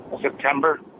September